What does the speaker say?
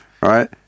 right